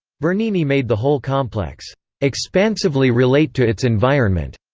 bernini made the whole complex expansively relate to its environment.